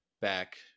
Back